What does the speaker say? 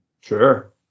sure